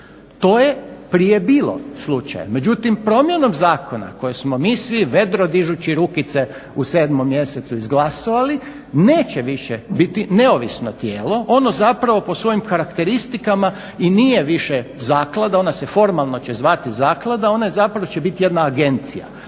To je prije bilo slučaj, međutim promjenom zakona koje smo mi svi vedro dižući rukice u 7. mjesecu izglasovali neće više biti neovisno tijelo, ono zapravo po svojim karakteristikama i nije više zaklada, ona će se formalno zvati zaklada, ona zapravo će biti jedna agencija